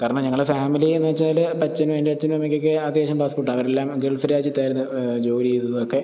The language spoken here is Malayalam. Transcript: കാരണം ഞങ്ങളെ ഫാമിലി എന്ന് വെച്ചാല് അച്ഛനും എന്റെച്ഛനു അമ്മക്കൊക്കെ അത്യാവശ്യം പാസ്പോർട്ട് അവരെല്ലാം ഗൾഫ് രാജ്യത്തായിരുന്നു ജോലി ചെയ്തതതൊക്കെ